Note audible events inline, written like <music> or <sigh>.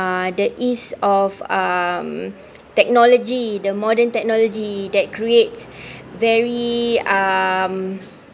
the ease of um technology the modern technology that creates <breath> very um